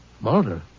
Murder